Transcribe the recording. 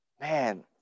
Man